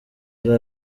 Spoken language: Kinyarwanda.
ari